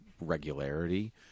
regularity